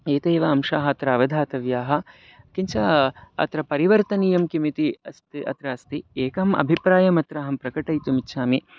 एतेव अंशाः अत्र अवधातव्याः किञ्च अत्र परिवर्तनीयं किम् इति अस्ति अत्र अस्ति एकम् अभिप्रायम् अत्र अहं प्रकटयितुम् इच्छामि